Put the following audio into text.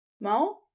mouth